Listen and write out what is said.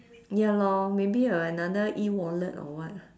ya lor maybe uh another e-wallet or what